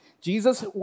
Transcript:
Jesus